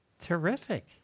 terrific